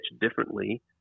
differently